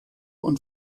und